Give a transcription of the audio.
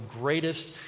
greatest